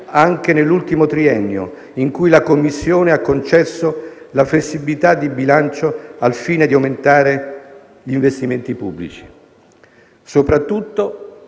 anche nell'ultimo triennio, in cui la Commissione ha concesso la flessibilità di bilancio, al fine di aumentare gli investimenti pubblici. Soprattutto,